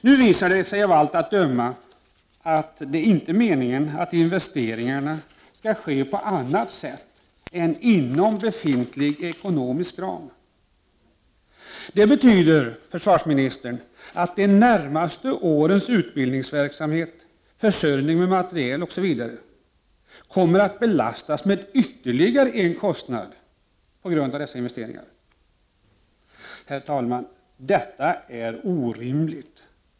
Nu visar det sig av allt att döma att det inte är meningen att investeringarna skall ske på annat sätt än inom befintliga ekonomiska ramar. Det betyder, försvarsministern, att under de närmaste åren kommer utbildningsverksamheten, försörjningen av material osv. att belastas med ytterligare en kostnad. Herr talman! Detta är orimligt.